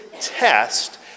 test